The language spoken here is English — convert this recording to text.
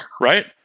Right